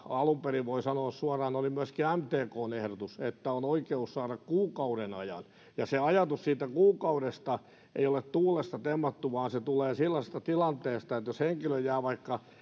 alun perin voi sanoa suoraan oli myöskin mtkn ehdotus että on oikeus saada turvaa kuukauden ajan ajatus siitä kuukaudesta ei ole tuulesta temmattu vaan se tulee sellaisesta tilanteesta että jos henkilö jää vaikka